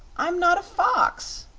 i'm not a fox!